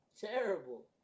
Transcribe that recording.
Terrible